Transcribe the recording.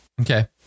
okay